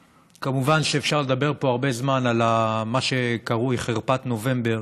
כמובן שאפשר לדבר פה הרבה זמן על מה שקרוי "חרפת נובמבר".